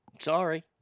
Sorry